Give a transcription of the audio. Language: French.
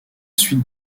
suite